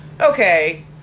Okay